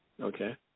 Okay